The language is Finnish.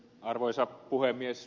arvoisa puhemies